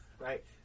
Right